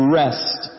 rest